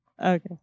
Okay